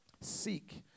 seek